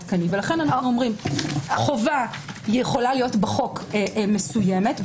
לכן אומרים: חובה יכולה להיות בחוק מסוימת,